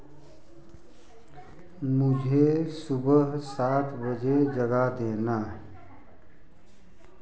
मुझे सुबह सात बजे जगा देना